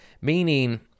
meaning